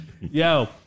Yo